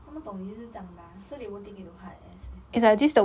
他们懂你就是这样的吗 so they won't take it to heart as as much